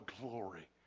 glory